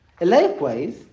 likewise